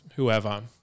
whoever